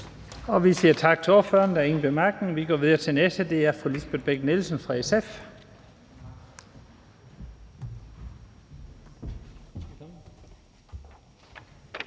Vi siger tak til ordføreren. Der er ingen korte bemærkninger. Vi går videre til den næste. Det er fru Lisbeth Bech-Nielsen fra SF.